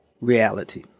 reality